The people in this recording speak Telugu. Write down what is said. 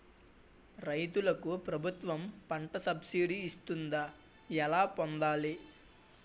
రైతులకు ప్రభుత్వం పంట సబ్సిడీ ఇస్తుందా? ఎలా పొందాలి?